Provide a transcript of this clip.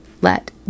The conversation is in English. Let